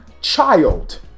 child